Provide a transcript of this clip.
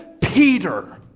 peter